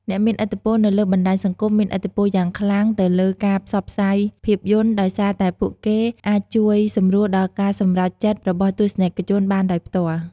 អ្នកមានឥទ្ធិពលនៅលើបណ្ដាញសង្គមមានឥទ្ធិពលយ៉ាងខ្លាំងទៅលើការផ្សព្វផ្សាយភាពយន្ត ដោយសារតែពួកគេអាចជួយសម្រួលដល់ការសម្រេចចិត្តរបស់ទស្សនិកជនបានដោយផ្ទាល់។